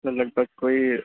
سر لگ بھگ کوئی